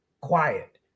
quiet